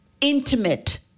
intimate